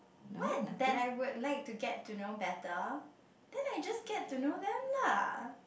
what that I would like to get to know better then I just get to know them lah